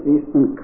Eastern